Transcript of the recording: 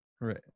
Right